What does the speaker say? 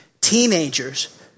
teenagers